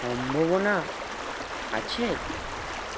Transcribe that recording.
সম্ভাবনা আছে